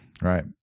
Right